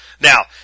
Now